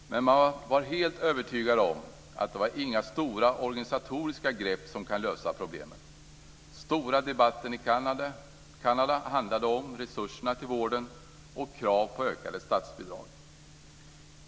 Men man var helt övertygad om att det inte var några stora organisatoriska grepp som kunde lösa problemen. Den stora debatten i Kanada handlade om resurserna till vården och krav på ökade statsbidrag.